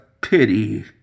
pity